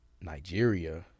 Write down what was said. Nigeria